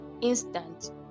instant